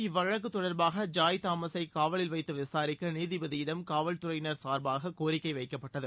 இல்வழக்கு தொடர்பாக ஜாய் தாமஸை காவலில் வைத்து விசாரிக்க நீதிபதியிடம் காவல்துறையினர் சார்பாக கோரிக்கை வைக்கப்பட்டது